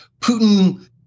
Putin